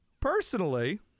personally